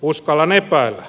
uskallan epäillä